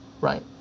right